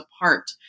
apart